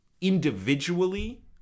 individually